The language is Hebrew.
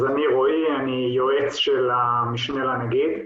רועי, אני יועץ של המשנה לנגיד,